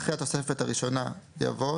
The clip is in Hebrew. אחרי התוספת הראשונה יבוא: